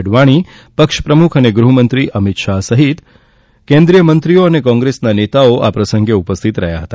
અડવાણી પક્ષ પ્રમુખ અને ગૃહમંત્રી અમીત શાહ સહિત કેન્દ્રીય મંત્રીઓ અને કોંગ્રેસ નેતાઓ આ પ્રસંગે ઉપસ્થિત રહ્યા હતા